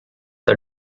the